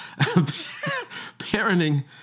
parenting